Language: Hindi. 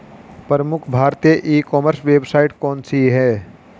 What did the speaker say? प्रमुख भारतीय ई कॉमर्स वेबसाइट कौन कौन सी हैं?